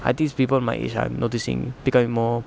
are things people my age are noticing becoming more